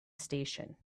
station